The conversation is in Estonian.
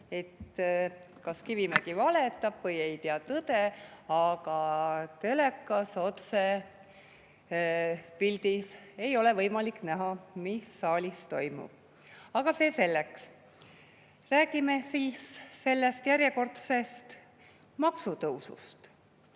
et Kivimägi kas valetab või ei tea tõde, aga telekas otsepildis ei ole võimalik näha, mis saalis toimub. Aga see selleks. Räägime siis sellest järjekordsest maksutõusust.